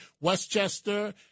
Westchester